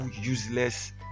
useless